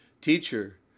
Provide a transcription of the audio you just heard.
Teacher